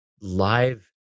live